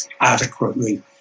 adequately